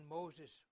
Moses